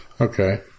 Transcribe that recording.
Okay